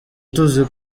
tuzi